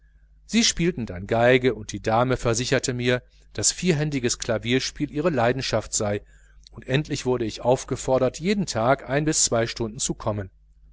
sie spielten dann violine und die dame versicherte mich daß vierhändiges klavierspiel ihre größte passion sei und endlich wurde ich aufgefordert jeden tag ein bis zwei stunden zu kommen